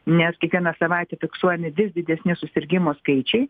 nes kiekvieną savaitę fiksuojami vis didesni susirgimų skaičiai